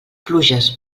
pluges